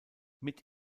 mit